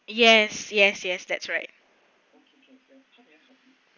yes yes yes that's right